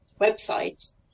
websites